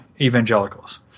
evangelicals